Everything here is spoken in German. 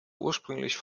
ursprünglich